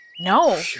No